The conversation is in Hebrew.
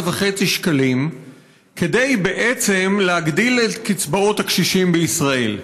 שקלים כדי להגדיל את קצבאות הקשישים בישראל.